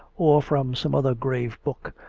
or from some other grave book.